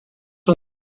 from